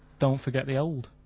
don't forget the old.